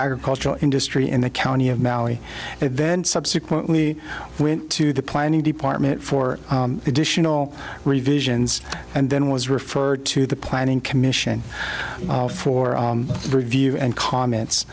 agricultural industry the county of maui then subsequently went to the planning department for additional revisions and then was referred to the planning commission for review and comments